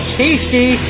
tasty